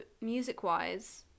music-wise